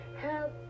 help